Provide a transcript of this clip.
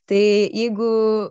tai jeigu